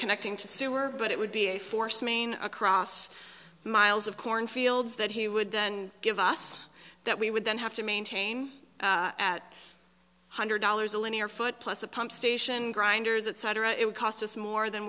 connecting to sewer but it would be a force main across miles of corn fields that he would then give us that we would then have to maintain at one hundred dollars a linear foot plus a pump station grinders etc it would cost us more than